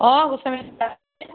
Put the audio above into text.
অঁ গোস্বামী দা